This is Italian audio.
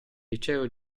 liceo